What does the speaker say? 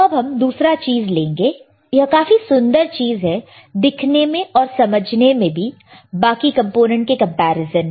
अब हम एक दूसरी चीज लेंगे यह काफी सुंदर चीज है दिखने में और समझने में भी बाकी कंपोनेंट के कंपैरिजन में